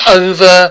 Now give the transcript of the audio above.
over